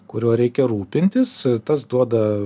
kuriuo reikia rūpintis tas duoda